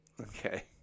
Okay